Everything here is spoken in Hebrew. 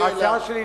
ההצעה שלי,